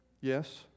Yes